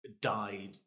died